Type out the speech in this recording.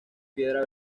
piedra